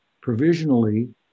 provisionally